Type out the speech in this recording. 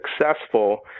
successful